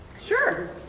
sure